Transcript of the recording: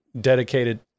dedicated